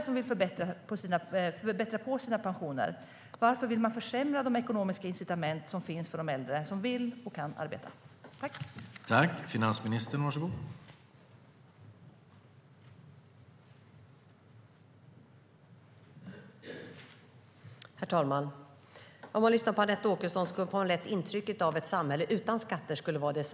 Varför vill man försämra de ekonomiska incitament som finns för äldre som vill och kan arbeta och vill förbättra sina pensioner?